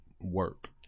work